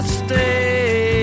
stay